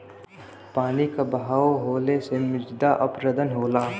पानी क बहाव होले से मृदा अपरदन होला